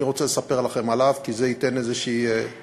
אני רוצה לספר לכם עליו, כי זה ייתן איזו תקווה.